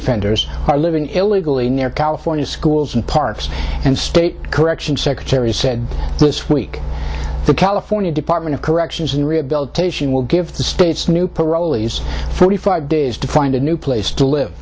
offenders are living illegally near california schools and parks and state corrections secretary said this week the california department of corrections and rehabilitation will give the state's new parolees forty five days to find a new place to live